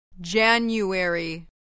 January